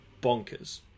bonkers